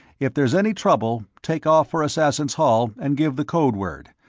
if there's any trouble, take off for assassins' hall and give the code word,